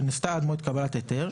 שנעשתה עד מועד קבלת ההיתר,